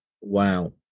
Wow